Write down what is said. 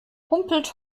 humpelt